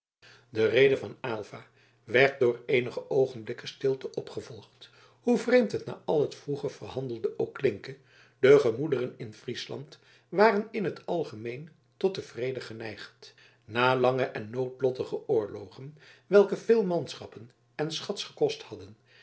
de rede van aylva werd door eenige oogenblikken stilte opgevolgd hoe vreemd het na al het vroeger verhandelde ook klinke de gemoederen in friesland waren in t algemeen tot den vrede geneigd na lange en noodlottige oorlogen welke veel manschappen en schats gekost hadden